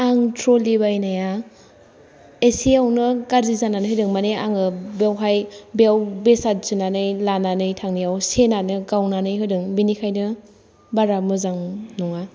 आं ट्रलि बायनाया एसेआवनो गाज्रि जानानै होदों माने आङो बेवहाय बेयाव बेसाद सोनानै लानानै थांनायाव सेनानो गावनानै होदों बेनिखायनो बारा मोजां नङा